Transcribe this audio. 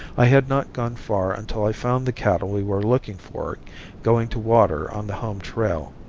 i had not gone far until i found the cattle we were looking for going to water on the home trail.